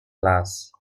las